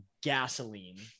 gasoline